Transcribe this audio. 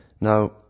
Now